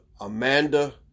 Amanda